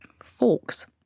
forks